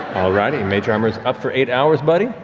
all righty, mage armor's up for eight hours, buddy.